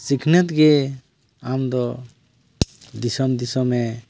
ᱥᱤᱠᱷᱱᱟᱹᱛᱜᱮ ᱟᱢᱫᱚ ᱫᱤᱥᱚᱢ ᱫᱤᱥᱚᱢᱮ